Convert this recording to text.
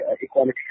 equality